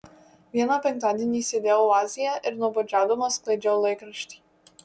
vieną penktadienį sėdėjau oazėje ir nuobodžiaudama sklaidžiau laikraštį